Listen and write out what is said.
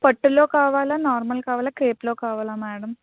పట్టులో కావాలా నార్మల్ కావాలా క్రేప్లో కావాలా మేడం